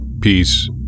Peace